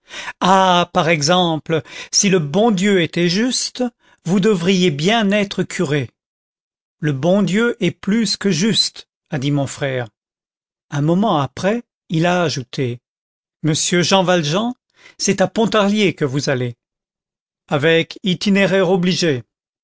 ah par exemple si le bon dieu était juste vous devriez bien être curé le bon dieu est plus que juste a dit mon frère un moment après il a ajouté monsieur jean valjean c'est à pontarlier que vous allez avec itinéraire obligé